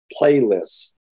playlists